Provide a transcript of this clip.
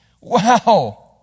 Wow